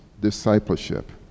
discipleship